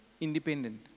independent